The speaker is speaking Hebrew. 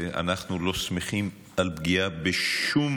ואנחנו לא שמחים על פגיעה בשום